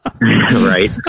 Right